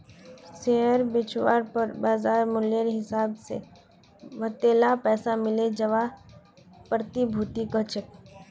share बेचवार पर बाज़ार मूल्येर हिसाब से वतेला पैसा मिले जवाक प्रतिभूति कह छेक